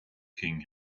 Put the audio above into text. king